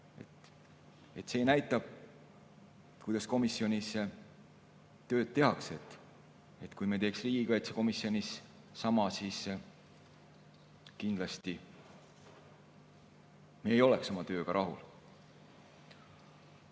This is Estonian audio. See näitab, kuidas komisjonis tööd tehakse. Kui me teeks riigikaitsekomisjonis sama, siis kindlasti me ei oleks oma tööga rahul.